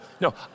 No